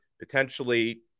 potentially